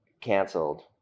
canceled